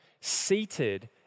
seated